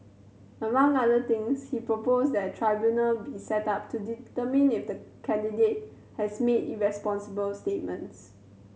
among other things he proposed that a tribunal be set up to determine if the candidate has made irresponsible statements